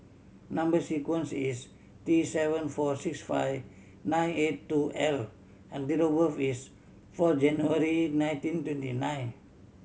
number sequence is T seven four six five nine eight two L and date of birth is four January nineteen twenty nine